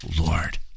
Lord